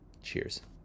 Cheers